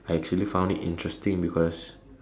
I actually found it interesting because